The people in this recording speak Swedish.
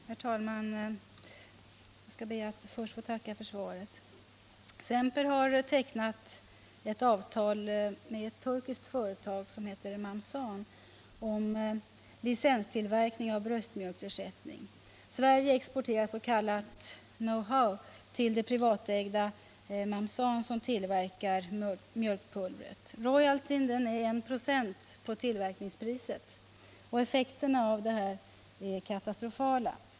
Herr talman! Jag ber att få tacka för svaret. Semper har tecknat ett avtal med ett turkiskt företag, som heter Mamsan, om licenstillverkning av bröstmjölksersättning. Sverige exporterar s.k. know-how till det privatägda Mamsan, som tillverkar mjölkpulvret. Royaltyn är 1 96 på tillverkningspriset. Effekterna är katastrofala.